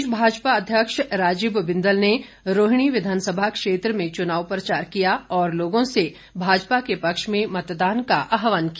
प्रदेश भाजपा अध्यक्ष राजीव बिंदल ने रोहिणी विधानसभा क्षेत्र में चुनाव प्रचार किया और लोगों से भाजपा के पक्ष में मतदान का आहवान किया